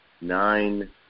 nine